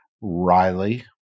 Riley